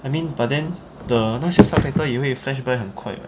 I mean but then the 那些 subtitle 也会 flash by 很快 [what]